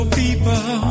people